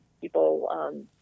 People